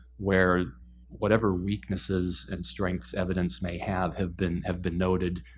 where whatever weaknesses, and strengths, evidence may have, have been have been noted,